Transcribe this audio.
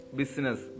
business